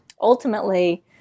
Ultimately